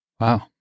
wow